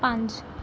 ਪੰਜ